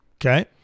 Okay